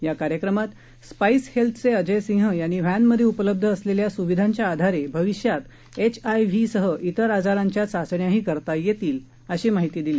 या कार्यक्रमात स्पाईस हेल्थचे अजय सिंह यांनी व्हॅनमध्ये उपलब्ध असलेल्या सुविधांच्या आधारे भविष्यात एचआयव्ही सह तिर आजारांच्या चाचण्या ही करता येतील अशी माहिती दिली